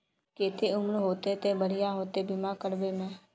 केते उम्र होते ते बढ़िया होते बीमा करबे में?